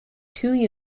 two